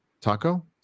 Taco